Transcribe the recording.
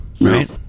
Right